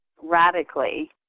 radically